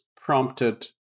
prompted